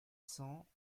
cents